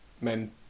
men